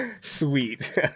Sweet